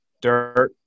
Dirt